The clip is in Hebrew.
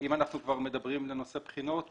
אם אנחנו כבר מדברים לנושא בחינות,